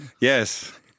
Yes